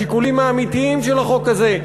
השיקולים האמיתיים של החוק הזה,